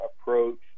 approach